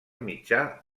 mitjà